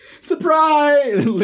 Surprise